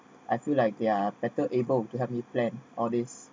I feel like they're better able to help you plan all this